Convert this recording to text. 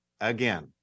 Again